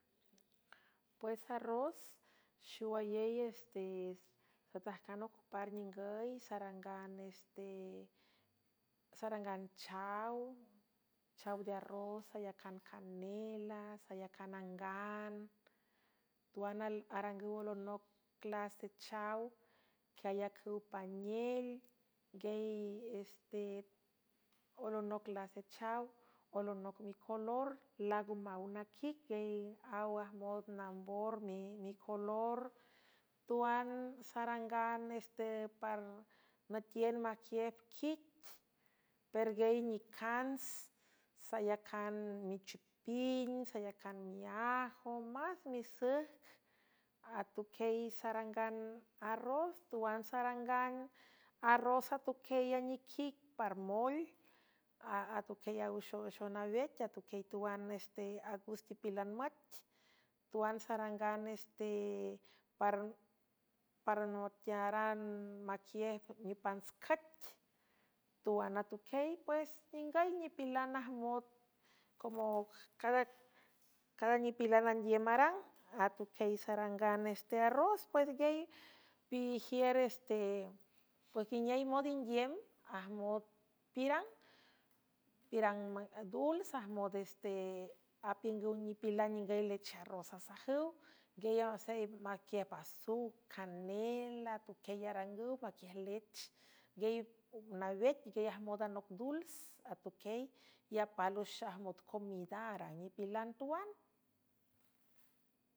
Pues arros xowayey estes satajcan ocupar ningüy sarangansarangan haw chaw dearros sayacan canela saacgan tuan arangüw lno las dechaw quieayacüw paniel ngieyeste olonoc las dechaw olonoc micolor laga maw naquic ey aw ajmot nambor micolor tuan sarangan sepnütien maquief quit per guey nicants sayacan michupin sayacan miajo más misüjc atuquiey sarangan a rros tuan sarangan arros atuquiey a niquic par moel atuquiey a wixowüxo nawec atuquiey tuan este agust ipilan müt tuan sarangan ese paranotaran maquie nipantscac tuan atuquiey pues ningüy nipilan jmod co cada nipilan andiüm arang atuquiey sarangan este arros pues gey iagiür este pues guiniey mond ingiüm ajot pirang pirang duls ajmot este apiüngüw nipilan ningüy lecharros asajüw nguiellanasey maquiej paso canel atuquiey arangüw maquiej lech ngey nawet giey ajmod anoc dulz atuquiey y apálwüx ajmot comidar a nipilan tuan.